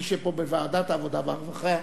מי שפה בוועדת העבודה והרווחה,